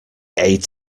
ate